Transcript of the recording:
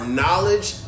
knowledge